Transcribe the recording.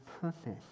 purpose